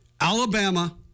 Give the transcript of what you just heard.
Alabama